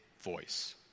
voice